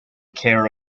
care